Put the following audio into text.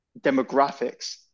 demographics